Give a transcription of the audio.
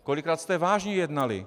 Kolikrát jste vážně jednali?